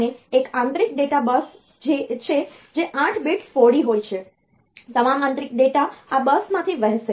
અને એક આંતરિક ડેટા બસ છે જે 8 bits પહોળી છે તમામ આંતરિક ડેટા આ બસમાંથી વહેશે